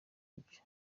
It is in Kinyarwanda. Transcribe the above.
ibyo